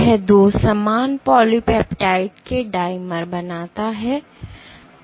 यह 2 समान पॉलीपेप्टाइड के डाइमर बनाता है